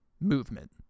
movement